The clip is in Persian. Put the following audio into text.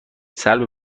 سلب